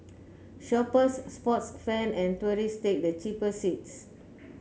shoppers sports fan and tourists take the cheaper seats